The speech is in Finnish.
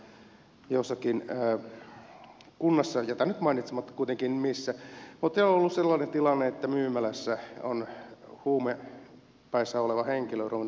jossakin kunnassa jätän nyt mainitsematta kuitenkin missä on ollut sellainen tilanne että myymälässä on huumepäissään oleva henkilö ruvennut riehumaan